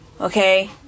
okay